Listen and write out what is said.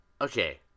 Okay